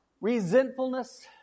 Resentfulness